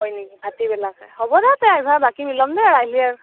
হয় নেকি ভাতি বেলাকে হ'ব দে তে আইভা বাকী মিলাম দে আইহ্লি আৰু